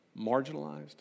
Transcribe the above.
marginalized